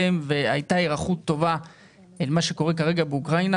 והייתה היערכות טובה אל מה שקורה כרגע באוקראינה,